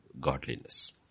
godliness